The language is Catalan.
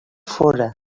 fóra